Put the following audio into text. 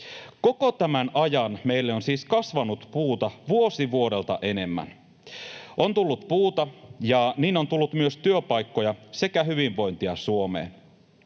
Koko tämän ajan meille on siis kasvanut puuta vuosi vuodelta enemmän. On tullut puuta, ja niin on tullut myös työpaikkoja sekä hyvinvointia Suomeen.